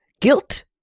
guilt